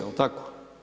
Jel tako?